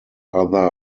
other